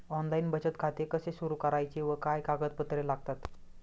Online बचत खाते कसे सुरू करायचे व काय कागदपत्रे लागतात?